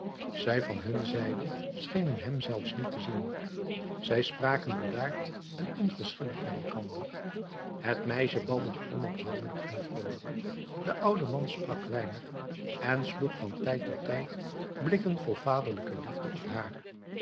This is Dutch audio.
zij van hun zijde schenen hem zelfs niet te zien zij spraken bedaard en onverschillig met elkander het meisje babbelde onophoudelijk en vroolijk de oude man sprak weinig en sloeg van tijd tot tijd blikken vol vaderlijke liefde op haar